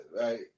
right